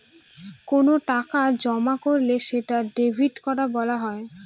কোনো টাকা জমা করলে সেটা ডেবিট করা বলা হয়